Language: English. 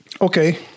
Okay